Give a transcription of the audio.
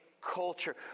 culture